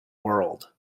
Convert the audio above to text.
world